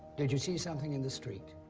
did you see something in the street?